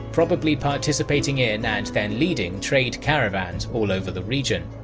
probably participating in and then leading trade caravans all over the region.